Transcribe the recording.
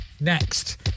Next